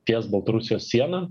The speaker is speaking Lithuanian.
ties baltarusijos siena